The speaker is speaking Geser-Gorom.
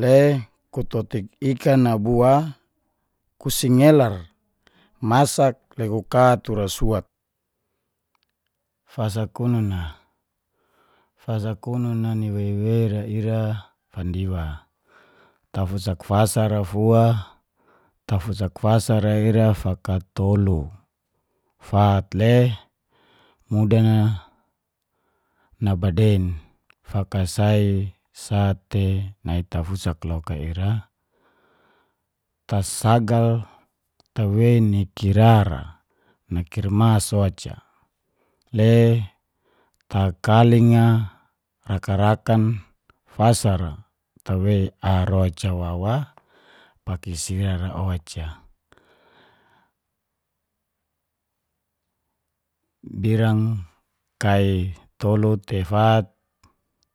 le kutotik ikan a bua kusingelar masak le kuka tura suat. Fasa kunun a ni weiwei ra ira fandiwa, tafusak fasa ra fua, tafusak fasa ra ira fakatolu, fat le mudan a nabadein fakasai sa te nai tafusak loka ira, tasagal tawei ni kira ra nakirmas oca le takaling a rakanrakan fasara tawei ar oca wawa pake sira ra oca, birang kai tolu te fat